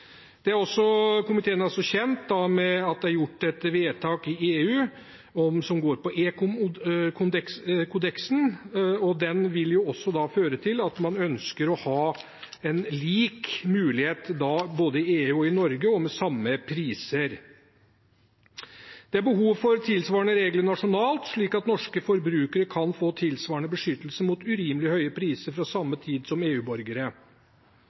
Komiteen er også kjent med at det er gjort et vedtak i EU som går på ekomkodeksen, og det vil også føre til at man ønsker å ha en lik mulighet både i EU og i Norge for samme priser. Det er behov for tilsvarende regler nasjonalt, slik at norske forbrukere kan få tilsvarende beskyttelse mot urimelig høye priser fra samme tid som